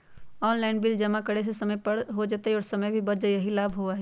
Online bill जमा करे से समय पर जमा हो जतई और समय भी बच जाहई यही लाभ होहई?